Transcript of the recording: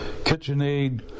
KitchenAid